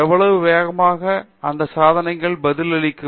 எவ்வளவு வேகமாக இந்த சாதனங்கள் பதிலளிக்கும்